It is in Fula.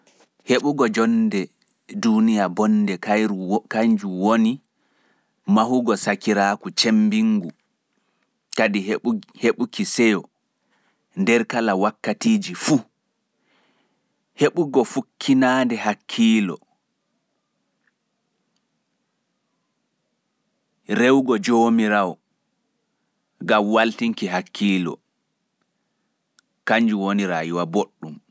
Waɗugo rayuwa belɗun woni mahugo sakiraaku cemmbingu kadi heɓugo sayo nder kala wakkati fu, heɓugo fukkinaande hakkilo gam rewuki jomirawo.